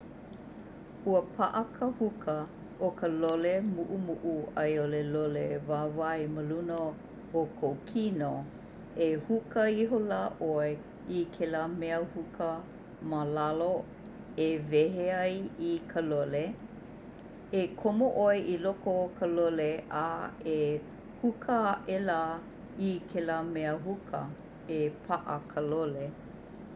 Ua pa'a ka huka o ka lole mu'umu'u 'ai'ole lole wāwae maluna o kou kino, e huka ihola 'oe i kēlā mea huka ma lalo e wehe ai i ka lole e komo 'oe i loko o ka lole a e huka a'ela i kēlā mea huka. E pa'a ka lole.